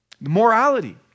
Morality